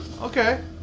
Okay